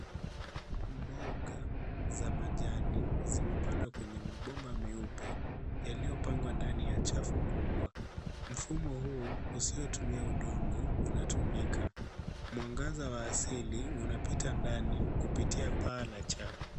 Mboga, za majani, zimepandwa kwenye mabomba meupe, yaliyopangwa ndani ya chafu kubwa. Mfumo huu, usiotumia udongo, unatumika. Mwangaza wa asili, unapita ndani, kupitia paa la chafu.